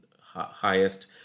highest